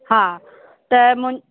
हा त मुंज